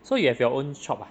so you have your own shop ah